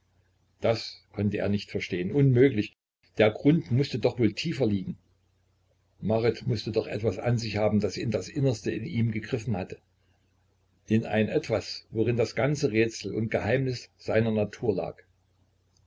das konnte er nicht verstehen unmöglich der grund mußte doch wohl tiefer liegen marit mußte doch etwas an sich haben das in das innerste in ihm gegriffen hatte in ein etwas worin das ganze rätsel und geheimnis seiner natur lag